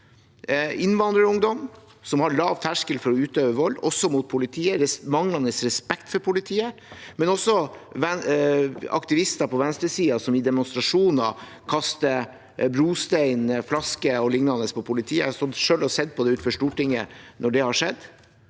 innvandrerungdom som har lav terskel for å utøve vold – også mot politiet – og manglende respekt for politiet, men også aktivister på venstresiden, som i demonstrasjoner kaster brostein, flasker og lignende på politiet. Jeg har selv stått utenfor Stortinget og sett på at det har skjedd.